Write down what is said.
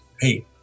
hey